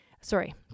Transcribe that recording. sorry